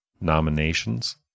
nominations